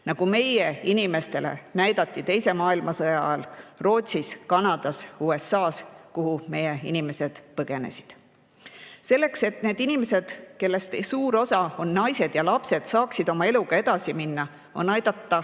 nagu meie inimestele näidati teise maailmasõja ajal Rootsis, Kanadas, USA-s, kuhu meie inimesed põgenesid. Selleks, et need inimesed, kellest suur osa on naised ja lapsed, saaksid oma eluga edasi minna, on vaja